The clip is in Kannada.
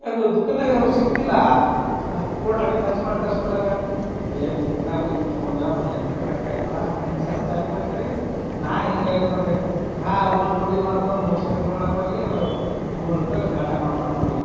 ಎಲ್ಲೂ ದುಕಾನ್ದಾಗ ಏನೂ ಸಿಕ್ತಿಲ್ಲ ಒಟ್ಟಾಗಿ ಖರ್ಚು ಮಾಡಿ ತರ್ಸಕೊಳ್ಳಾಕ ಇಲ್ಲೇ ದುಕಾನ್ದಾಗ ಹೊಯ್ ಭೀ ತಕೊಂಡ್ರ ರೊಕ್ಕ ಆಯ್ತದ ಅಲ್ಲಿಂದರ ಸಸ್ತಾ ಆಯ್ತದ ಅಂತ ಹೇಳಿ ನಾನು ಹೆಂಗೆ ಐಡಿಯಾ ಮಾಡಿದೆ ಆ ಒಂದು ದುಡ್ಡಿನ ನೋಡಕ್ಕೆ ಹೋಗಿ ಮೂರು ಸರಿ ನೋಡಕ್ಕೆ ಹೋಗಿ ನೂರು ರೂಪಾಯಲ್ಲಿ ಘಾಟ ಮಾಡ್ಕೊಂಡೆ ನೋಡಿ